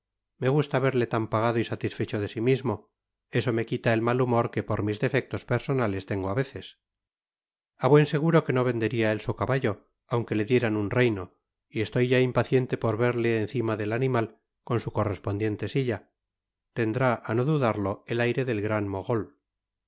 me gusta verle tan pagado y satisfecho de sí mismo eso me quita el mal humor que por mis defectos personales tengo á veces a buen seguro que no vendería él su caballo aunque le dieran un reino y estoy ya impaciente por verle encima el animal con su correspondiente silla tendrá á no dudarlo el aire del gran mogol